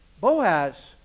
Boaz